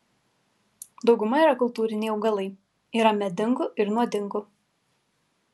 dauguma yra kultūriniai augalai yra medingų ir nuodingų